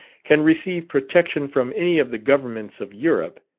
can receive protection from any of the governments of europe,